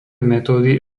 metódy